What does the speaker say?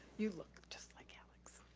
you look just like alex.